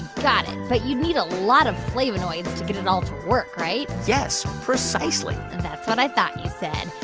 got it. but you'd need a lot of flavonoids to get it all to work, right? yes, precisely that's what but i thought you said.